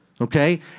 Okay